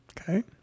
Okay